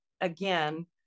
again